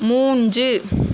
மூன்று